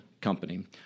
Company